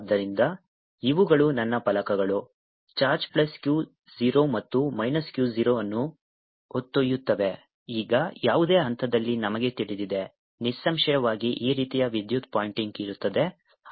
ಆದ್ದರಿಂದ ಇವುಗಳು ನನ್ನ ಫಲಕಗಳು ಚಾರ್ಜ್ ಪ್ಲಸ್ Q 0 ಮತ್ತು ಮೈನಸ್ Q 0 ಅನ್ನು ಹೊತ್ತೊಯ್ಯುತ್ತವೆ ಈಗ ಯಾವುದೇ ಹಂತದಲ್ಲಿ ನಮಗೆ ತಿಳಿದಿದೆ ನಿಸ್ಸಂಶಯವಾಗಿ ಈ ರೀತಿಯ ವಿದ್ಯುತ್ ಪಾಯಿಂಟಿಂಗ್ ಇರುತ್ತದೆ